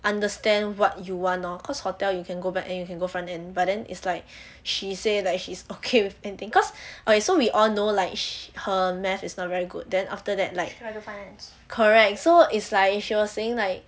understand what you want lor cause hotel you can go back and you can go front end but then is like she say that she's okay with anything cause we all know like she her math is not very good then after that like correct so is like she was saying like